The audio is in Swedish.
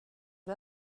det